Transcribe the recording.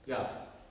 ya